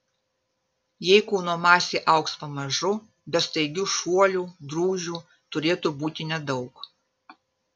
jei kūno masė augs pamažu be staigių šuolių drūžių turėtų būti nedaug